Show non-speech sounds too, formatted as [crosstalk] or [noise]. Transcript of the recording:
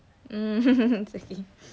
[laughs]